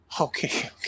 Okay